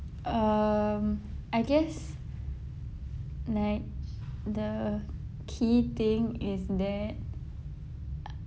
um I guess like the key thing is that uh